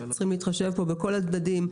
וצריכים להתחשב בכל הצדדים,